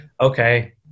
Okay